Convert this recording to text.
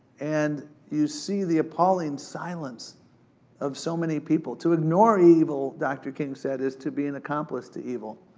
and you see the appalling silence of so many people. to ignore evil, dr. king said, is to be an accomplice to evil.